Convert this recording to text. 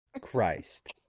Christ